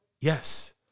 Yes